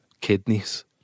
kidneys